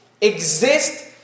exist